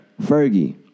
Fergie